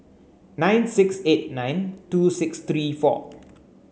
nine six eight nine two six three four